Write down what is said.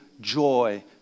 joy